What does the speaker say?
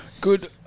Good